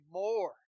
more